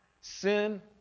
Sin